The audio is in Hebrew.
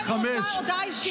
אני רוצה הודעה אישית.